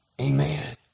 Amen